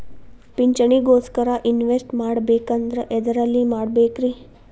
ಪಿಂಚಣಿ ಗೋಸ್ಕರ ಇನ್ವೆಸ್ಟ್ ಮಾಡಬೇಕಂದ್ರ ಎದರಲ್ಲಿ ಮಾಡ್ಬೇಕ್ರಿ?